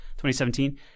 2017